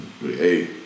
Hey